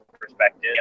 perspective